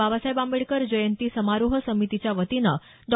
बाबासाहेब आंबेडकर जयंती समारोह समितीच्या वतीनं डॉ